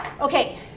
Okay